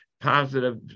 positive